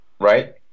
right